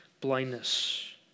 blindness